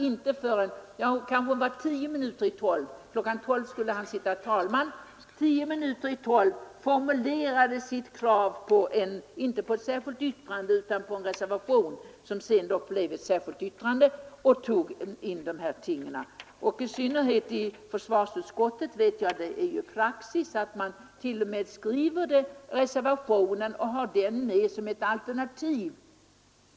Inte förrän tio minuter i tolv — klockan tolv skulle han sitta i talmansstolen — formulerade han nämligen sitt krav inte på ett särskilt yttrande utan på en reservation som skulle ta upp dessa ting. I varje fall i försvarsutskottet är det ju praxis att man skriver reservationer i förväg och redovisar dem som alternativ.